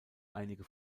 einige